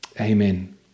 Amen